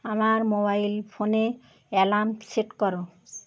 আমার মোবাইল ফোনে alarm set করো